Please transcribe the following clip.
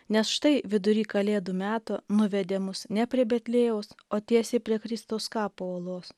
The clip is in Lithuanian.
nes štai vidury kalėdų meto nuvedė mus ne prie betliejaus o tiesiai prie kristaus kapo olos